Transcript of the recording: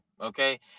okay